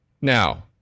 now